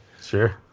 Sure